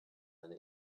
eine